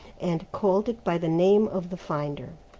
and called it by the name of the finder.